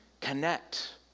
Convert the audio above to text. connect